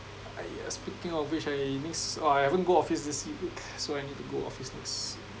!aiya! speaking of which I next !wah! I haven't go office this few week so I need to go office next